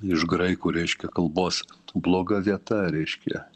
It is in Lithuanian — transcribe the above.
iš graikų reiškia kalbos bloga vieta reiškia